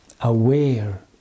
aware